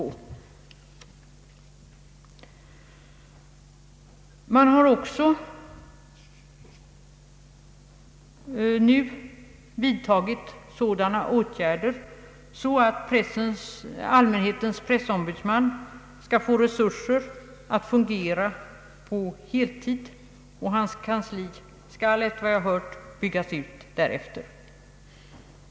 Åtgärder har nu också vidtagits för att ge allmänhetens pressombudsman resurser att fungera på heltid, och hans kansli skall efter vad jag har hört byg gas ut.